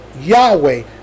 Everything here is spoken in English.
Yahweh